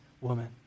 woman